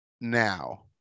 now